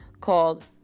called